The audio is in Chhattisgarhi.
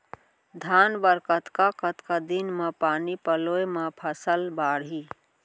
धान बर कतका कतका दिन म पानी पलोय म फसल बाड़ही?